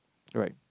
alright